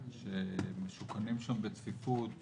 משוכנים שם בצפיפות